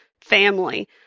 family